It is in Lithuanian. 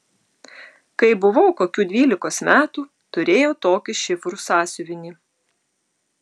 kai buvau kokių dvylikos metų turėjau tokį šifrų sąsiuvinį